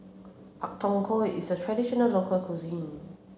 Pak Thong Ko is a traditional local cuisine